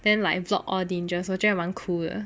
then like block all dangers 我觉得满 cool 的